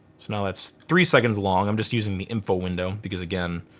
so now that's three seconds long. i'm just using the info window because again,